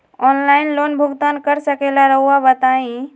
Online loan भुगतान कर सकेला राउआ बताई?